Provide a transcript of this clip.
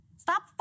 Stop